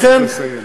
בבקשה לסיים.